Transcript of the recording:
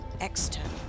external